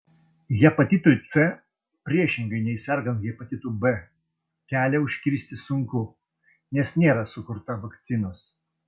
hepatitui c priešingai nei sergant hepatitu b kelią užkirsti sunku nes nėra sukurta vakcinos